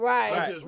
Right